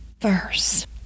verse